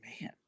Man